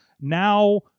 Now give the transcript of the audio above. Now